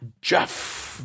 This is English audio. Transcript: Jeff